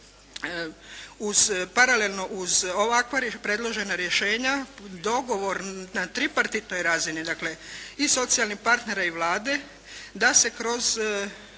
paralelno uz ovakva predložena rješenja dogovor na tripartitnoj razini, dakle i socijalnih partnera i Vlade da se kroz